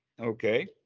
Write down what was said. okay